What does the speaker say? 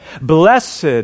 Blessed